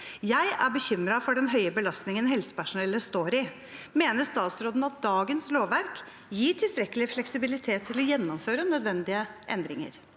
Jeg er bekymret for den høye belastningen helsepersonellet står i. Mener statsråden at dagens lovverk gir tilstrekkelig fleksibilitet til å gjennomføre nødvendige endringer?